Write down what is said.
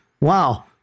wow